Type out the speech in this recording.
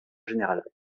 général